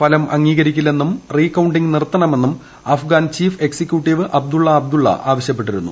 ഫലം അംഗീകരിക്കില്ലെന്നും recounting നിർത്തണമെന്നും അഫ്ഗാൻ ചീഫ് എക്സിക്യൂട്ടീവ് അബ്ദുള്ള അബ്ദുള്ള ആവശ്യപ്പെട്ടിരുന്നു